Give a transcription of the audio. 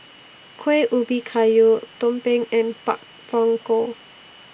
Kueh Ubi Kayu Tumpeng and Pak Thong Ko